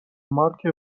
مارک